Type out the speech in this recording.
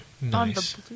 Nice